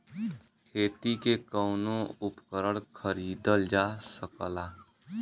खेती के कउनो उपकरण खरीदल जा सकला